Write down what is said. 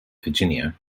virginia